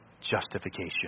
justification